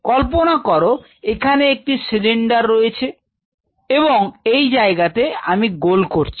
কল্পনা করো এখানে একটি সিলিন্ডার রয়েছে এবং এই জায়গাতে আমি গোল করছি